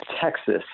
Texas